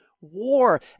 War